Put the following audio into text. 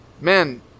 man